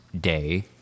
day